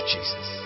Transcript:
Jesus